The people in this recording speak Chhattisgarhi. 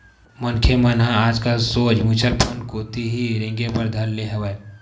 मनखे मन ह आजकल सोझ म्युचुअल फंड कोती ही रेंगे बर धर ले हवय